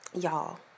y'all